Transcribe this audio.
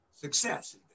success